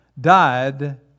died